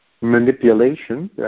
manipulation